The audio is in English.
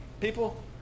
people